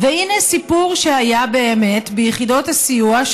והינה סיפור שהיה באמת ביחידות הסיוע.